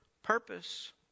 purpose